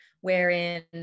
wherein